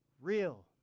real